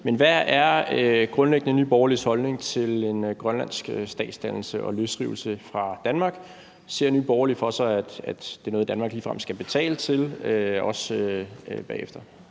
tur. Hvad er grundlæggende Nye Borgerliges holdning til en grønlandsk statsdannelse og løsrivelse fra Danmark? Ser Nye Borgerlige for sig, at det er noget, Danmark ligefrem skal betale til, også bagefter?